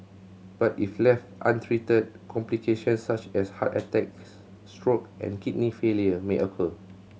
but if left untreated complications such as heart attacks stroke and kidney failure may occur